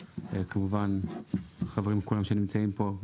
כמובן חברי כולם שנמצאים פה,